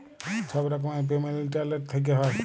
ছব রকমের payment internet থ্যাইকে হ্যয়